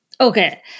okay